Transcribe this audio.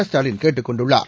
ஸ்டாலின் கேட்டுக் கொண்டுள்ளார்